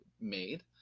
made